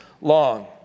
long